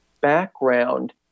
background